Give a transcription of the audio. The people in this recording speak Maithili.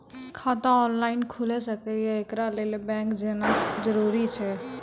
खाता ऑनलाइन खूलि सकै यै? एकरा लेल बैंक जेनाय जरूरी एछि?